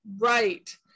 right